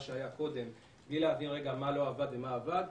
שהיה קודם בלי להבין מה לא עבד ומה עבד,